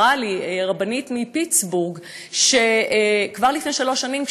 אמרה לי רבנית מפיטסבורג שכבר לפני שלוש שנים,